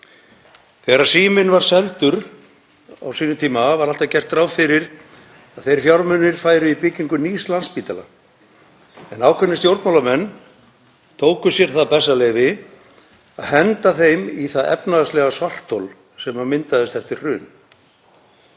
Þegar Síminn var seldur á sínum tíma var alltaf gert ráð fyrir að þeir fjármunir færu í byggingu nýs Landspítala en ákveðnir stjórnmálamenn tóku sér það bessaleyfi að henda þeim í það efnahagslega svarthol sem myndaðist eftir hrun.